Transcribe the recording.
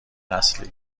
نسلی